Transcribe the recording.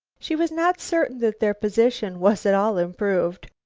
she was not certain that their position was at all improved.